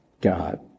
God